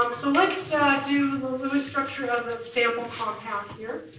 so let's so do the lewis structure of a sample compound here.